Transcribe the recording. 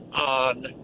on